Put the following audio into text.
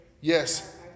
Yes